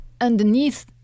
underneath